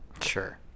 Sure